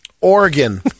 Oregon